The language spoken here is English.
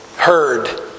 heard